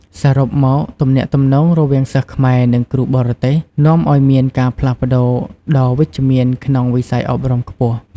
សរុបមក ទំនាក់ទំនងរវាងសិស្សខ្មែរ និងគ្រូបរទេសនាំឲ្យមានការផ្លាស់ប្តូរដ៏វិជ្ជមានក្នុងវិស័យអប់រំខ្ពស់។